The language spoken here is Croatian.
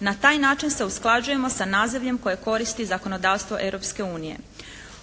Na taj način se usklađujemo sa nazivljem koje koristi zakonodavstvo Europske unije.